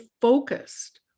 focused